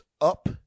up